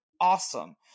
Awesome